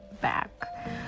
back